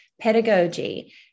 pedagogy